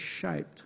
shaped